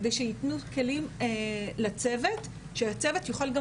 כדי שיתנו כלים לצוות - שהצוות יוכל גם